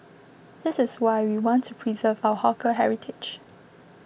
this is why we want to preserve our hawker heritage